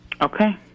Okay